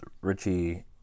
Richie